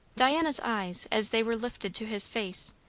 diana's eyes, as they were lifted to his face,